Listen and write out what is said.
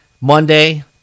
Monday